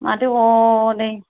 माथो ह'नै